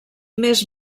més